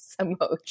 emoji